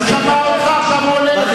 הוא שמע אותך, עכשיו הוא עונה לך.